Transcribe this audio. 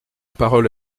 parole